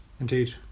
Indeed